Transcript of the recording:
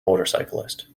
motorcyclist